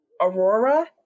Aurora